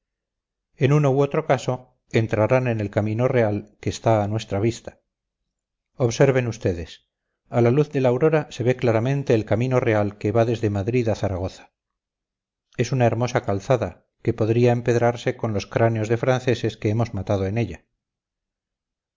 en uno u otro caso entrarán en el camino real que está a nuestra vista observen ustedes a la luz de la aurora se ve claramente el camino real que va desde madrid a zaragoza es una hermosa calzada que podría empedrarse con los cráneos de franceses que hemos matado en ella